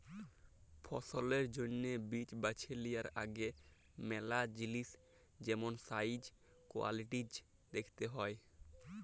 ফসলের জ্যনহে বীজ বাছে লিয়ার আগে ম্যালা জিলিস যেমল সাইজ, কোয়ালিটিজ দ্যাখতে হ্যয়